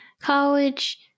college